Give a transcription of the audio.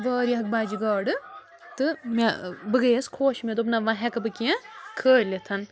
واریاہ بَجہِ گاڈٕ تہٕ مےٚ بہٕ گٔیَس خۄش مےٚ دوٚپ نہ وۅنۍ ہٮ۪کہٕ بہٕ کیٚنٛہہ کھٲلِتھ